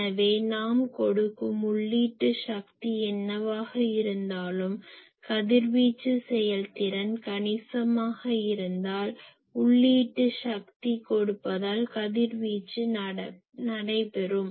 எனவே நாம் கொடுக்கும் உள்ளீட்டு சக்தி என்னவாக இருந்தாலும் கதிர்வீச்சு செயல்திறன் கணிசமாக இருந்தால் உள்ளீட்டு சக்தி கொடுப்பதால் கதிர்வீச்சு நடைபெறும்